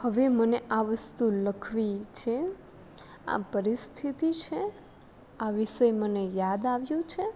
હવે મને આ વસ્તુ લખવી છે આ પરિસ્થિતિ છે આ વિશે મને યાદ આવ્યું છે